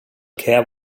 care